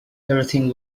everything